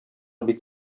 бик